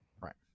Right